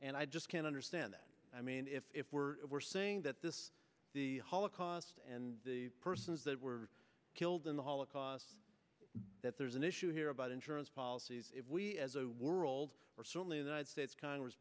and i just can't understand that i mean if we're we're saying that this the holocaust and the persons that were killed in the holocaust that there's an issue here about insurance policies if we as a world certainly the united states congress